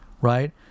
right